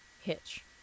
Hitch